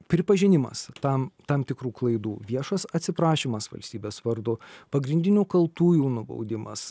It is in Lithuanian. pripažinimas tam tam tikrų klaidų viešas atsiprašymas valstybės vardu pagrindinių kaltųjų nubaudimas